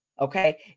okay